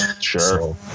Sure